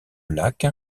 lac